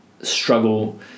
struggle